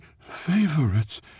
Favorites